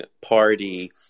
party